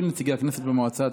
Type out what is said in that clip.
(ביטול נציגי הכנסת במועצה),